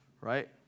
right